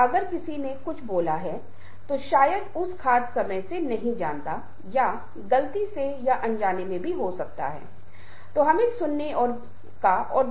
ये उच्च मांग में कुछ अन्य कौशल हैं जिन्हें हमने सीधे तौर पर नहीं छुआ है लेकिन मैं यहाँ पर जो करना चाहूंगा वह आपके साथ साझा करना है कि इनकी व्याख्या कैसे की जा सकती है या समझी जा सकती है जो हम पहले ही कर चुके हैं